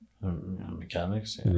mechanics